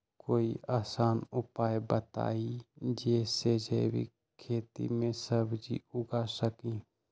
कोई आसान उपाय बताइ जे से जैविक खेती में सब्जी उगा सकीं?